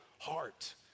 heart